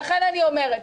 לכן אני אומרת,